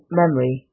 memory